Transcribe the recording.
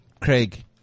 Craig